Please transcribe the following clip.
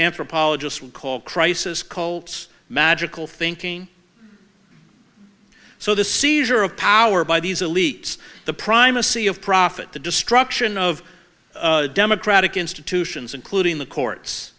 anthropologists would call crisis call magical thinking so the seizure of power by these elites the primacy of profit the destruction of democratic institutions including the courts